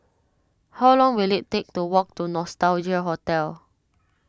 how long will it take to walk to Nostalgia Hotel